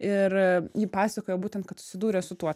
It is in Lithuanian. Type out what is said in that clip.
ir ji pasakoja būtent kad susidūrė su tuo